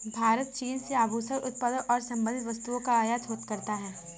भारत चीन से आभूषण उत्पादों और संबंधित वस्तुओं का आयात करता है